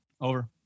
Over